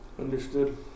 Understood